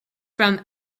from